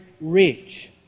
rich